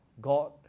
God